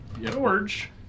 George